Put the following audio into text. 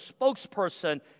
spokesperson